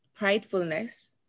pridefulness